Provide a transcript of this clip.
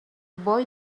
boy